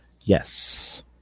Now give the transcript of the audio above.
Yes